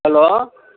hello